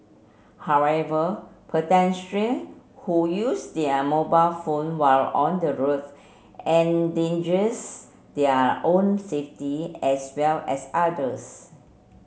however pedestrian who use their mobile phone while on the road endangers their own safety as well as others